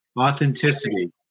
Authenticity